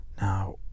Now